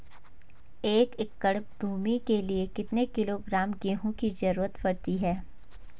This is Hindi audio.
एक एकड़ भूमि के लिए कितने किलोग्राम गेहूँ की जरूरत पड़ती है?